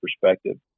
perspective